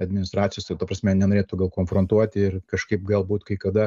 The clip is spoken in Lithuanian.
administracijos ir ta prasme nenorėtų gal konfrontuoti ir kažkaip galbūt kai kada